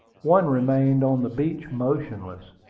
one remained on the beach motionless.